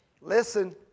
Listen